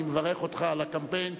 אני מברך אותך על הקמפיין,